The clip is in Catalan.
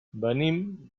venim